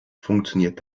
funktioniert